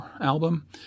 album